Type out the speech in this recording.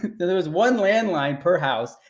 there was one landline per house,